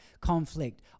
conflict